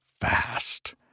fast